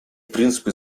принципы